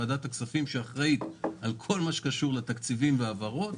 ועדת הכספים שאחראית על כל מה שקשור לתקציבים ולהעברות.